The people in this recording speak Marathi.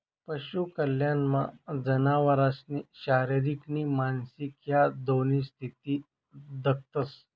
पशु कल्याणमा जनावरसनी शारीरिक नी मानसिक ह्या दोन्ही स्थिती दखतंस